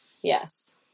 Yes